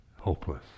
hopeless